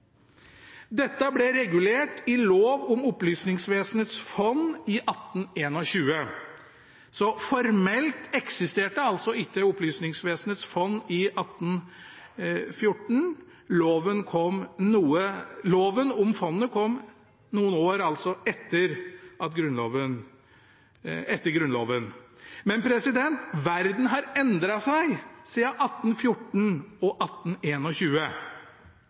Dette ble regulert i lov om Opplysningsvesenets fond i 1821, så formelt eksisterte altså ikke Opplysningsvesenets fond i 1814, loven om fondet kom noen år etter Grunnloven. Men verden har endret seg siden 1814 og